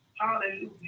Hallelujah